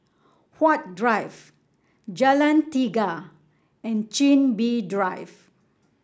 Huat Drive Jalan Tiga and Chin Bee Drive